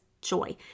joy